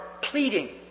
pleading